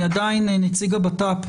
עדיין, נציב הבט"פ,